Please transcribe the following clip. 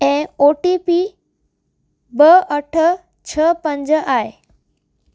ऐं O T P ॿ अठ छह पंज आहे